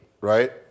right